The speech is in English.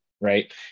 right